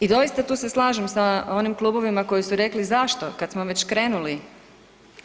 I doista, tu se slažem sa onim klubovima koji su rekli zašto, kad smo već krenuli